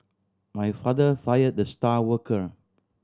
my father fire the star worker